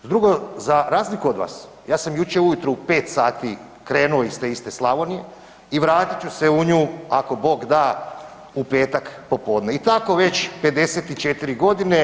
Drugo, za razliku od vas ja sam jučer ujutro u 5 sati krenuo iz te iste Slavonije i vratit ću se u nju ako Bog da u petak popodne i tako već 54.g.